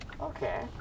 Okay